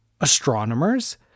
astronomers